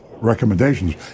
recommendations